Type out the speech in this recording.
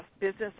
business